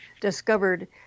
discovered